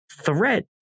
threat